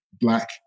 black